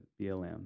BLM